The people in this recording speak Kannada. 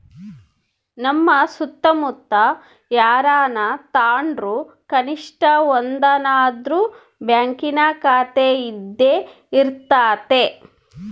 ನಮ್ಮ ಸುತ್ತಮುತ್ತ ಯಾರನನ ತಾಂಡ್ರು ಕನಿಷ್ಟ ಒಂದನಾದ್ರು ಬ್ಯಾಂಕಿನ ಖಾತೆಯಿದ್ದೇ ಇರರ್ತತೆ